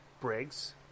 Briggs